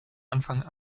anfang